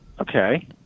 Okay